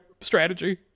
strategy